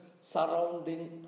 surrounding